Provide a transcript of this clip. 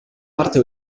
parte